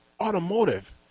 automotive